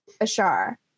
Ashar